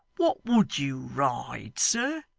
what would you ride, sir?